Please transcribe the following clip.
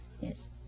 Yes